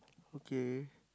okay